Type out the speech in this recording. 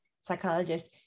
psychologist